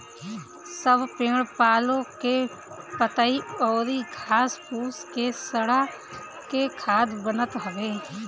सब पेड़ पालो के पतइ अउरी घास फूस के सड़ा के खाद बनत हवे